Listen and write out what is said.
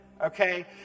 okay